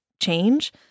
change